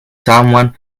someone